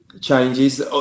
changes